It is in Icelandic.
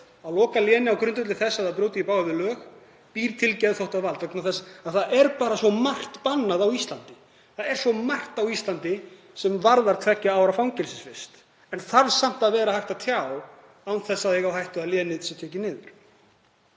að loka léni á grundvelli þess að það brjóti í bága við lög, býr til geðþóttavald vegna þess að það er bara svo margt bannað á Íslandi. Það er svo margt á Íslandi sem varðar tveggja ára fangelsisvist en þarf samt að vera hægt að tjá án þess að eiga á hættu að lén sé tekið niður,